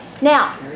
Now